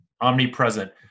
omnipresent